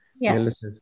Yes